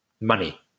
money